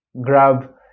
grab